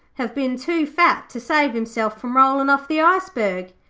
have been too fat to save himself from rollin' off the iceberg.